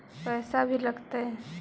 पैसा भी लगतय?